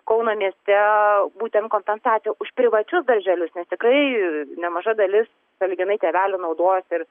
kauno mieste būtent kompensacija už privačius darželius nes tikrai nemaža dalis sąlyginai tėvelių naudojas ir